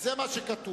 זה מה שכתוב.